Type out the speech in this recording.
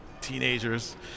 teenagers